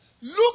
look